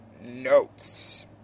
Notes